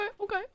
okay